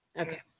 Okay